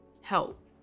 help